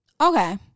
okay